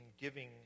giving